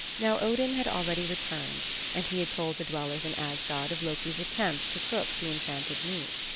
now odin had already returned and he had told the dwellers in asgard of loki's attempt to cook the enchanted meat.